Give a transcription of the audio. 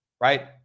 right